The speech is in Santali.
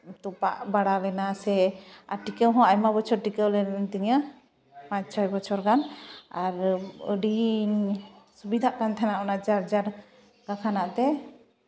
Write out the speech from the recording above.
ᱛᱚᱯᱟᱜ ᱵᱟᱲᱟ ᱞᱮᱱᱟ ᱥᱮ ᱴᱤᱠᱟᱹᱣ ᱦᱚᱸ ᱟᱭᱢᱟ ᱵᱚᱪᱷᱚᱨ ᱴᱤᱠᱟᱹᱣ ᱞᱮᱱᱛᱤᱧᱟ ᱯᱟᱸᱪ ᱪᱷᱚ ᱵᱚᱪᱷᱚᱨ ᱜᱟᱱ ᱟᱨ ᱟᱹᱰᱤᱧ ᱥᱩᱵᱤᱫᱟᱜ ᱠᱟᱱ ᱛᱟᱦᱮᱱᱟ ᱚᱱᱟ ᱪᱟᱨᱡᱟᱨ ᱠᱟᱛᱷᱟᱱᱟᱜ ᱛᱮ